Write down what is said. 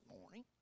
morning